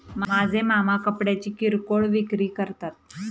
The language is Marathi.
माझे मामा कपड्यांची किरकोळ विक्री करतात